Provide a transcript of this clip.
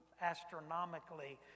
astronomically